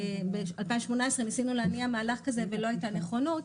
ב-2018 ניסינו להניע מהלך כזה ולא הייתה נכונות,